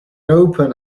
open